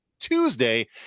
tuesday